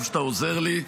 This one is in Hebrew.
טוב שאתה עוזר לי.